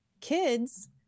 kids